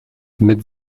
mit